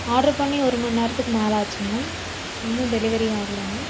order பண்ணி ஒருமணி நேரத்துக்கு மேலே ஆச்சுங்க இன்னும் டெலிவரி ஆகலைங்க